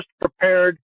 prepared